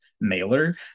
mailer